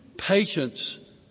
Patience